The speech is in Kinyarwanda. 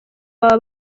baba